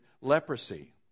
leprosy